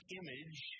image